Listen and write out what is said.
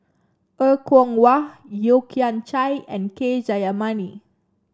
Er Kwong Wah Yeo Kian Chai and K Jayamani